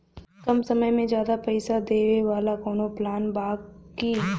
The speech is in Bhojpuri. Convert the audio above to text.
कम समय में ज्यादा पइसा देवे वाला कवनो प्लान बा की?